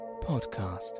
podcast